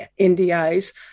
NDAs